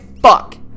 fuck